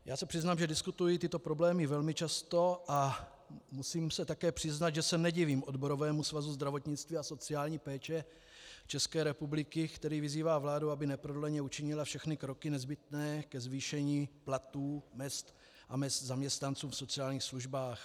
Já se přiznám, že diskutuji tyto problémy velmi často, a musím se také přiznat, že se nedivím Odborovému svazu zdravotnictví a sociální péče České republiky, který vyzývá vládu, aby neprodleně učinila všechny kroky nezbytné ke zvýšení platů, mezd a mezd zaměstnanců v sociálních službách.